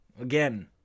again